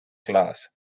class